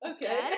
Okay